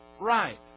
right